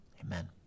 Amen